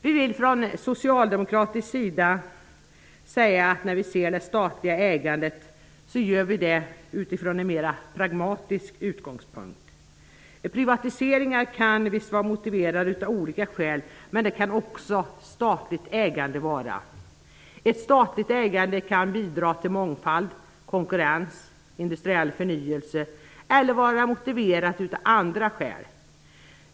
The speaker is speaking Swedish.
Vi vill från socialdemokratisk sida säga att vi ser det statliga ägandet från en mera pragmatisk utgångspunkt. Privatiseringar kan visst vara motiverade av olika skäl, men det kan också statligt ägande vara. Ett statligt ägande kan bidra till mångfald, konkurrens och industriell förnyelse eller vara motiverat av andra skäl.